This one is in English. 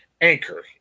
Anchor